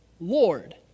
lord